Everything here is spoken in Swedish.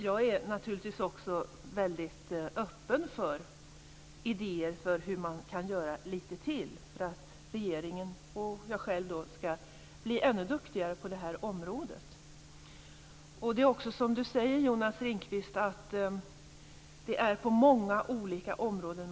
Jag är naturligtvis öppen för idéer om hur man kan göra lite till för att regeringen och jag själv skall bli ännu duktigare på det här området. Det är också så, som Jonas Ringqvist säger, att man måste arbeta på många olika områden.